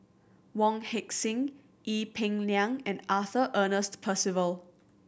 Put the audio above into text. Wong Heck Sing Ee Peng Liang and Arthur Ernest Percival